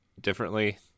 differently